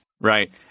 right